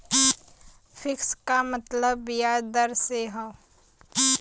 fix क मतलब बियाज दर से हौ